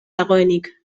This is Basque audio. dagoenik